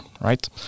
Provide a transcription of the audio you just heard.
right